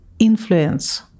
influence